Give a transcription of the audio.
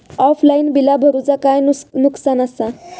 Offline बिला भरूचा काय नुकसान आसा?